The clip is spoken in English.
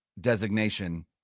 designation